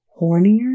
hornier